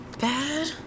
Bad